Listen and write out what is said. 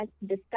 discuss